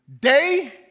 day